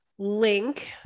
link